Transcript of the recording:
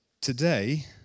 Today